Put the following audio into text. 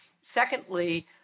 Secondly